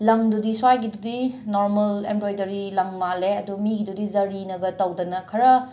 ꯂꯪꯗꯨꯗꯤ ꯁ꯭ꯋꯥꯏꯒꯤꯗꯨꯗꯤ normal embroidery ꯂꯪ ꯃꯥꯜꯂꯦ ꯑꯗꯣ ꯃꯤꯒꯤꯗꯨꯗꯤ ꯖꯔꯤꯅꯒ ꯇꯧꯗꯅ ꯈꯔ